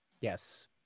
yes